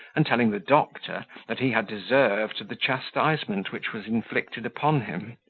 and telling the doctor that he had deserved the chastisement which was inflicted upon him